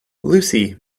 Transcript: lucy